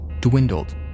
dwindled